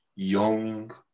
Young